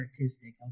artistic